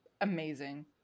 Amazing